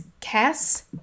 Cass